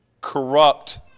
corrupt